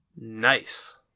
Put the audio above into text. Nice